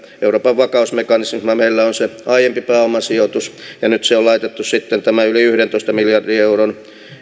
euroopan vakausmekanismissa meillä on se aiempi pääomasijoitus ja nyt tämä yli yhdentoista miljardin euron